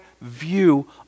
view